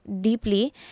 deeply